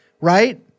right